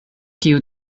kiu